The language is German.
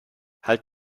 halt